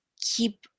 keep